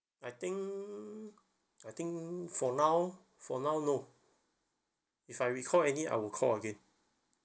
I think I think for now for now no if I recall any I'll call again